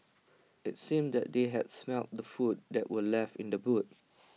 IT seemed that they had smelt the food that were left in the boot